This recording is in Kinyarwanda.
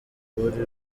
buri